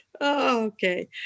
Okay